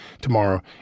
tomorrow